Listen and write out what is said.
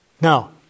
Now